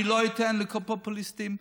אני לא אתן לכל מיני פופוליסטים,